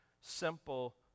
simple